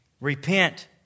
Repent